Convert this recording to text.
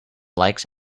likes